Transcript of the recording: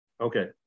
Okay